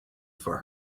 for